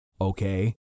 Okay